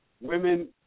women